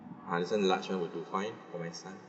ah this [one] the large [one] will do fine for my son